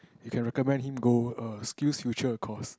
you can recommend him go err SkillsFuture course